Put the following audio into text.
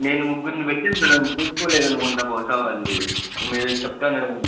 నేను ముగ్గురిని పెట్టాను మేడం చూసుకోలేదు అనుకుంటాను బహుశా వాళ్ళు మీరు చెప్తాను